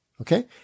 Okay